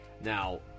Now